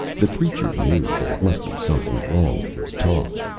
the preacher knew there must be something wrong with his talk.